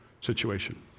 situation